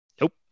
Nope